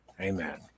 Amen